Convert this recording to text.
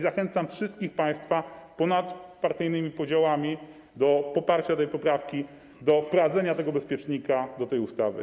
Zachęcam wszystkich państwa ponad partyjnymi podziałami do poparcia tej poprawki, do wprowadzenia tego bezpiecznika do tej ustawy.